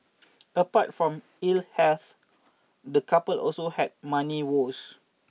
apart from ill health the couple also had money woes